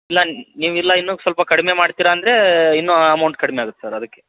ಇಲ್ಲ ನೀವು ಇಲ್ಲ ಇನ್ನು ಸ್ವಲ್ಪ ಕಡಿಮೆ ಮಾಡ್ತೀರಿ ಅಂದರೆ ಇನ್ನು ಅಮೌಂಟ್ ಕಡಿಮೆ ಆಗುತ್ತೆ ಸರ್ ಅದಕ್ಕೆ